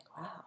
wow